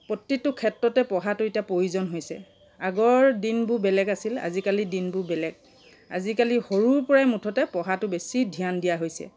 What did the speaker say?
প্ৰতিটো ক্ষেত্ৰতে পঢ়াটো এতিয়া প্ৰয়োজন হৈছে আগৰ দিনবোৰ বেলেগ আছিল আজিকালিৰ দিনবোৰ বেলেগ আজিকালি সৰুৰ পৰাই মুঠতে পঢ়াটো বেছি ধ্যান দিয়া হৈছে